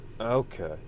Okay